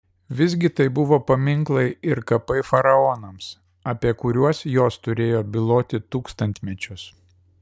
visgi tai buvo paminklai ir kapai faraonams apie kuriuos jos turėjo byloti tūkstantmečius